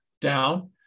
down